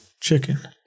Chicken